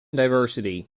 diversity